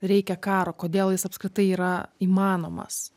reikia karo kodėl jis apskritai yra įmanomas